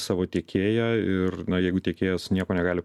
savo tiekėją ir na jeigu tiekėjas nieko negali